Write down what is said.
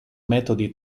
metodi